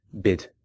bid